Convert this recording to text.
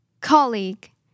Colleague